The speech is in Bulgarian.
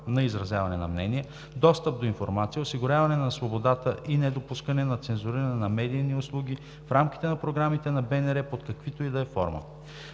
на изразяване на мнение, достъп до информация, осигуряване на свободата и недопускане на цензуриране на медийни услуги в рамките на програмите на Българското национално